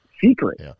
secret